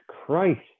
Christ